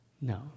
No